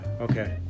okay